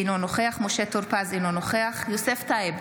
אינו נוכח משה טור פז, אינו נוכח יוסף טייב,